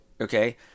Okay